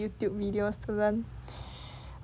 youtube videos to learn